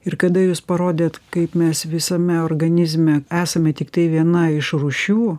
ir kada jūs parodėt kaip mes visame organizme esame tiktai viena iš rūšių